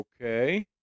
Okay